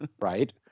Right